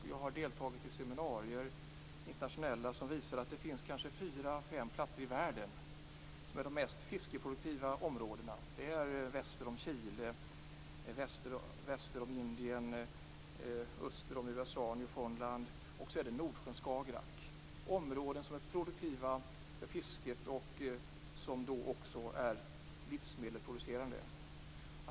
Jag har deltagit i internationella seminarier som visar på fyra eller fem platser i världen som är de mest fiskeproduktiva områdena: väster om Chile, väster om Indien, öster om USA - Newfoundland - samt Nordsjön och Skagerrak. Dessa områden är, som sagt, produktiva vad avser fisket, samtidigt som de är livsmedelsproducerande.